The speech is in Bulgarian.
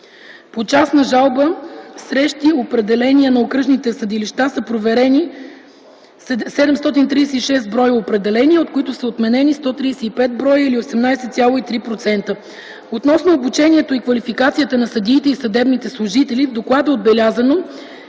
По частна жалба срещу определения на окръжните съдилища са проверени 736 броя определения, от които са отменени 135 броя или 18,3%. Относно обучението и квалификацията на съдиите и съдебните служители в доклада е отбелязано,